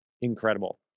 incredible